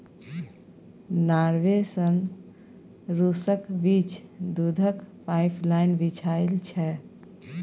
Norway सँ रुसक बीच दुधक पाइपलाइन बिछाएल छै